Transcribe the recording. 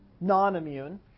non-immune